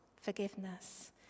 forgiveness